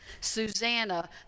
Susanna